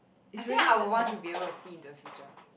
I think I would want to be able to see the future